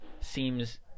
seems